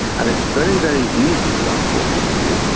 and it's very, very easy, unfortunately,